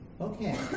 Okay